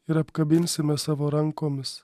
ir apkabinsime savo rankomis